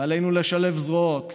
ועלינו לשלב זרועות,